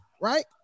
right